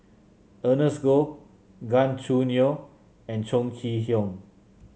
Ernest Goh Gan Choo Neo and Chong Kee Hiong